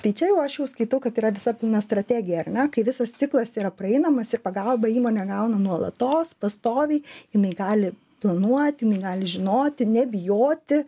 tai čia jau aš jau skaitau kad yra visa pilna strategija ar ne kai visas ciklas yra praeinamas ir pagalbą įmonė gauna nuolatos pastoviai jinai gali planuot jinai gali žinoti nebijoti